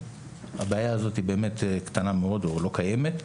הבעיה הזאת קטנה מאוד, או לא קיימת.